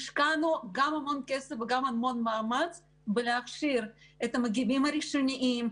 השקענו הרבה כסף וגם הרבה מאמץ בלהכשיר את המגיבים הראשוניים,